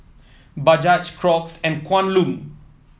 Bajaj Crocs and Kwan Loong